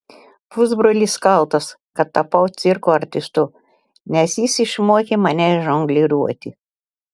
pusbrolis kaltas kad tapau cirko artistu nes jis išmokė mane žongliruoti